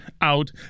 out